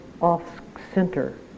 off-center